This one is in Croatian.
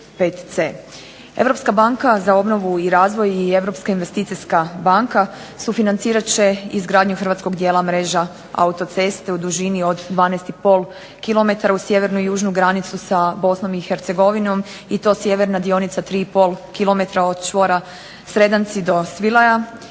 Europska banka za obnovu i razvoj i Europska investicijska banka sufinancirat će izgradnju dijela mreža autoceste u dužini od 12,5 km uz sjevernu i južnu granicu sa Bosnom i Hercegovinom i to sjeverna dionica 3,5 km od čvora Sredanci do Svilaja,